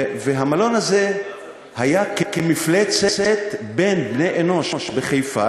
והמלון הזה היה כמפלצת בין בני אנוש בחיפה,